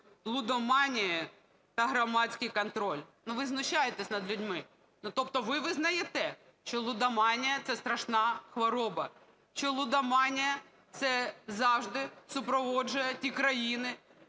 (лудоманією) та громадський контроль". Ну, ви знущаєтеся над людьми! Ну, тобто ви визнаєте, що лудоманія – це страшна хвороба, що лудоманія – це завжди супроводжує ті країни,